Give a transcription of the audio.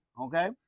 Okay